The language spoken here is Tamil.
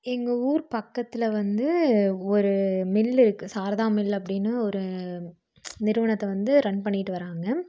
எங்கள் ஊர் பக்கத்தில் வந்து ஒரு மில்லு இருக்கு சாரதா மில் அப்படின்னு ஒரு நிறுவனத்தை வந்து ரன் பண்ணிகிட்டு வராங்க